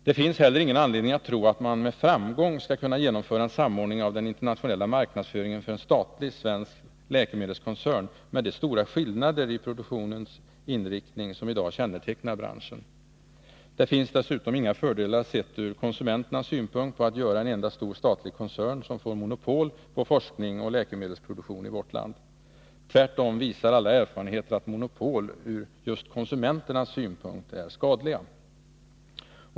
Det finns heller ingen anledning att tro att man med framgång skall kunna genomföra en samordning av den internationella marknadsföringen för en statlig svensk läkemedelskoncern med de stora skillnader i produktionsinriktning som i dag kännetecknar branschen. Det medför dessutom inga fördelar, sett från konsumenternas synpunkt, om man gör en enda stor statlig koncern som får monopol på forskningsoch läkemedelsproduktion i vårt land. Tvärtom visar alla erfarenheter att monopol just från konsumenternas synpunkt är skadliga.